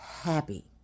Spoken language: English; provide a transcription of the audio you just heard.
happy